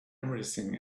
everything